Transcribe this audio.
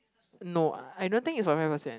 no I don't think is on five percent